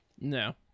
no